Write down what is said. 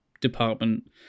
department